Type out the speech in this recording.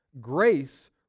Grace